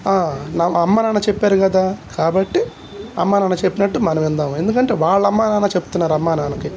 నా అమ్మ నాన్న చెప్పారు కదా కాబట్టి అమ్మా నాన్న చెప్పినట్టు మనం విందాము ఎందుకంటే వాళ్ళ అమ్మా నాన్న చెబుతున్నారు అమ్మా నాన్నకి